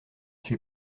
suis